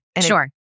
Sure